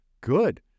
Good